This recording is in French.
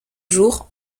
jours